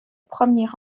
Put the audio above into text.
premier